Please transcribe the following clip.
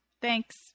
Thanks